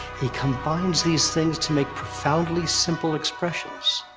he combines these things to make profoundly simple expressions.